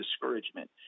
discouragement